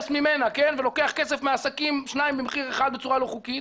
ממנה ולוקח כסף מעסקים "שניים במחיר אחד" בצורה לא חוקית.